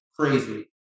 crazy